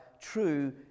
true